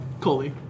Coley